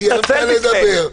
תתנצל בפניהם.